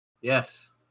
Yes